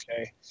okay